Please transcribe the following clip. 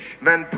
Men